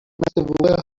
بمحض